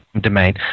Domain